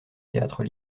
théâtres